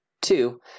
two